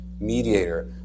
mediator